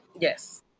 yes